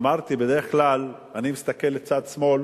אמרתי: בדרך כלל אני מסתכל לצד שמאל